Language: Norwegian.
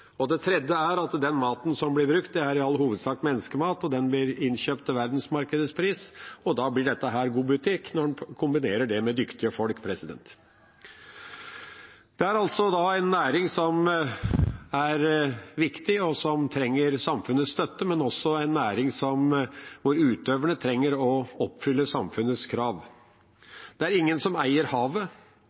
land. Det tredje er at den maten som blir brukt, i all hovedsak er menneskemat, og den blir innkjøpt til prisen på verdensmarkedet. Da blir dette god butikk når en kombinerer det med dyktige folk. Det er altså en næring som er viktig, og som trenger samfunnets støtte, men også en næring hvor utøverne trenger å oppfylle samfunnets krav. Det er ingen som eier havet,